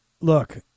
look